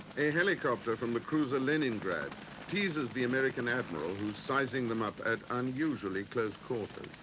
a helicopter from the cruiser leningrad teases the american admiral who's sizing them up at unusually close quarters.